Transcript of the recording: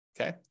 okay